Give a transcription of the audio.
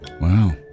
wow